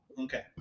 Okay